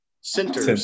centers